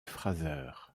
fraser